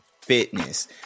fitness